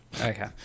Okay